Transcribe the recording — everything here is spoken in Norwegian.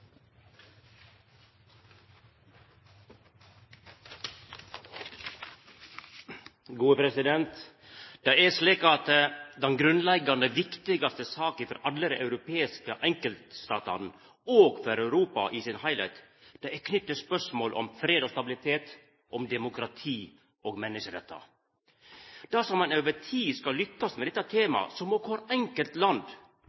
Den grunnleggjande viktigaste saka for alle dei europeiske enkeltstatane og for Europa i sin heilskap er knytt til spørsmål om fred og stabilitet, om demokrati og menneskerettar. Dersom ein over tid skal lykkast med dette